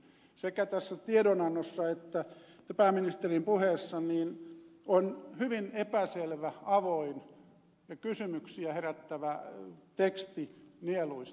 sekä tässä tiedonannossa että pääministerin puheessa on hyvin epäselvä avoin kysymyksiä herättävä teksti nieluista